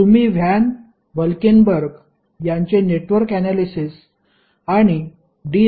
तुम्ही van Valkenburg यांचे network analysis आणि डी